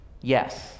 yes